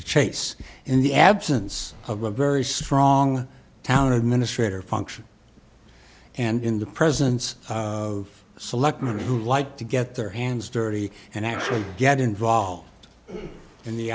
to chase in the absence of a very strong town administrator function and in the presence of selectmen who like to get their hands dirty and actually get involved in the